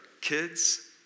kids